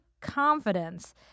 confidence